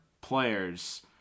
players